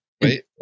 wait